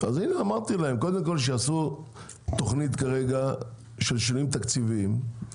אמרתי להם שיעשו תוכנית של שינויים תקציביים,